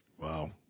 wow